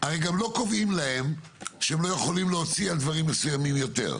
הרי אתם לא קובעים להם שהן לא יכולות להוציא על דברים מסוימים יותר.